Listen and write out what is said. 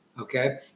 okay